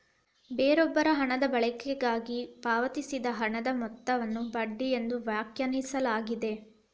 ಬೇರೊಬ್ಬರ ಹಣದ ಬಳಕೆಗಾಗಿ ಪಾವತಿಸಿದ ಹಣದ ಮೊತ್ತವನ್ನು ಬಡ್ಡಿ ಎಂದು ವ್ಯಾಖ್ಯಾನಿಸಲಾಗಿದೆ